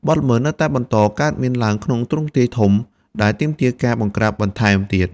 បទល្មើសនៅតែបន្តកើតមានឡើងក្នុងទ្រង់ទ្រាយធំ ដែលទាមទារការបង្ក្រាបបន្ថែមទៀត។